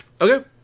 Okay